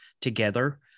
together